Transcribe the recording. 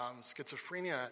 Schizophrenia